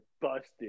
busted